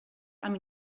amb